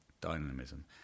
dynamism